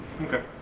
Okay